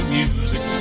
music